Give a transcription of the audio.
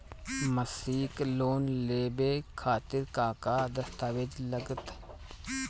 मसीक लोन लेवे खातिर का का दास्तावेज लग ता?